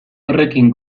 horrekin